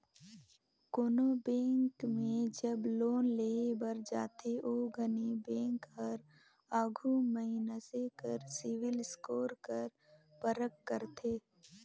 कोनो बेंक में जब लोन लेहे बर जाथे ओ घनी बेंक हर आघु मइनसे कर सिविल स्कोर कर परख करथे